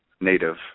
native